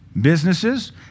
Businesses